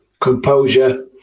Composure